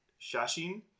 Shashin